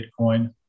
Bitcoin